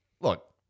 look